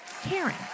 Karen